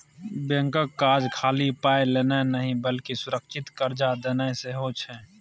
बैंकक काज खाली पाय लेनाय नहि बल्कि सुरक्षित कर्जा देनाय सेहो छै